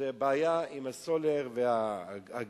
זו בעיה עם הסולר, הגזים